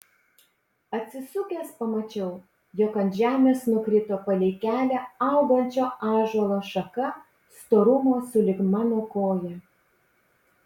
atsisukęs pamačiau jog ant žemės nukrito palei kelią augančio ąžuolo šaka storumo sulig mano koja